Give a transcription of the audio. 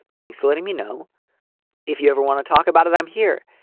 thanks for letting me know if you ever want to talk about it i'm here.